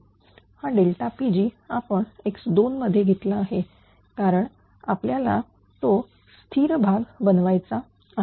हा Pg आपण x2 कारण आपल्याला तो स्थिर भाग बनवायचा आहे